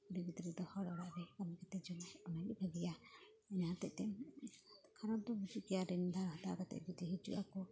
ᱠᱩᱲᱤ ᱜᱤᱫᱽᱨᱟᱹ ᱫᱚ ᱦᱚᱲ ᱚᱲᱟᱜ ᱨᱮ ᱠᱟᱹᱢᱤ ᱠᱟᱛᱮ ᱡᱚᱢ ᱦᱩᱭᱩᱜ ᱜᱮᱭᱟ ᱡᱟᱦᱟᱸ ᱦᱚᱛᱮᱡ ᱛᱮ ᱠᱷᱟᱨᱟᱯ ᱫᱚ ᱵᱩᱡᱩᱜ ᱜᱮᱭᱟ ᱨᱤᱱ ᱫᱷᱟᱨ ᱦᱟᱛᱟᱣ ᱠᱟᱛᱮᱫ ᱡᱩᱫᱤ ᱦᱤᱡᱩᱜ ᱟᱠᱚ